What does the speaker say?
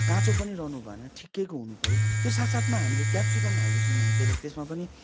काँचो पनि रहनु भएन ठिकैको हुनु पऱ्यो त्यो साथ साथमा हामीले क्याप्सिकम हाल्दैछौँ भने त त्यसमा पनि